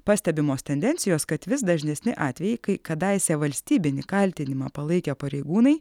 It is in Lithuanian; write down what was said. pastebimos tendencijos kad vis dažnesni atvejai kai kadaise valstybinį kaltinimą palaikę pareigūnai